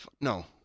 No